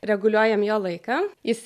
reguliuojam jo laiką jis